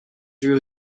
drew